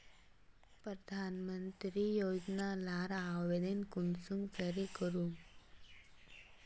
प्रधानमंत्री योजना लार आवेदन कुंसम करे करूम?